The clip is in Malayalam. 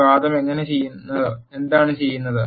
ഈ വാദം എന്താണ് ചെയ്യുന്നത്